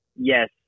yes